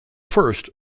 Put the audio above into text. first